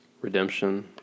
redemption